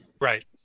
Right